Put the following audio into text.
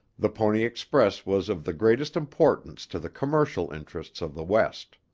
the pony express was of the greatest importance to the commercial interests of the west.